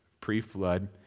pre-flood